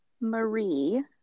Marie